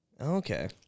Okay